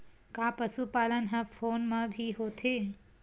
का पशुपालन ह फोन म भी होथे?